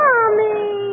Mommy